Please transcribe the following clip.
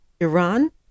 iran